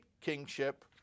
kingship